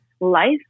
life